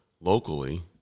locally